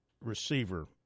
receiver